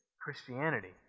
Christianity